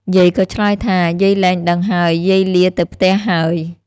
យាយក៏ឆ្លើយថា យាយលែងដឹងហើយ យាយលាទៅផ្ទះ ហើយ ។